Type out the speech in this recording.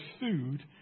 food